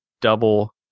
Double